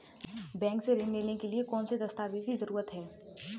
Bank से ऋण लेने के लिए कौन से दस्तावेज की जरूरत है?